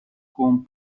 con